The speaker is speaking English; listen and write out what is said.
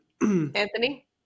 Anthony